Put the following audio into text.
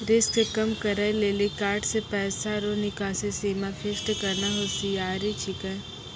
risk कम करै लेली कार्ड से पैसा रो निकासी सीमा फिक्स करना होसियारि छिकै